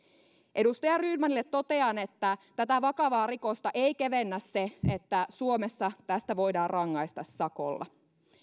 edustaja rydmanille totean että tätä vakavaa rikosta ei kevennä se että suomessa tästä voidaan rangaista sakolla